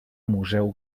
museu